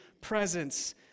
presence